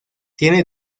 tiene